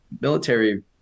military